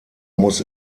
muss